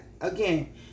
again